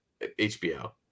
HBO